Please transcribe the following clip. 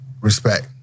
Respect